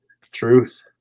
Truth